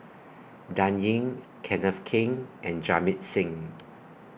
Dan Ying Kenneth Keng and Jamit Singh